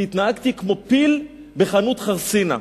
כי התנהגתי כמו פיל בחנות חרסינה.